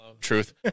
Truth